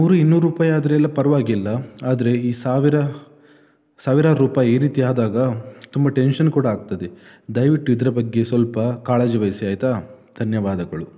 ನೂರು ಇನ್ನೂರು ರೂಪಾಯಿ ಆದರೆ ಎಲ್ಲ ಪರವಾಗಿಲ್ಲ ಆದರೆ ಈ ಸಾವಿರ ಸಾವಿರಾರು ರೂಪಾಯಿ ಈ ರೀತಿ ಆದಾಗ ತುಂಬ ಟೆನ್ಷನ್ ಕೂಡ ಆಗ್ತದೆ ದಯವಿಟ್ಟು ಇದರ ಬಗ್ಗೆ ಸ್ವಲ್ಪ ಕಾಳಜಿ ವಹಿಸಿ ಆಯಿತಾ ಧನ್ಯವಾದಗಳು